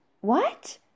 What